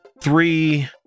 three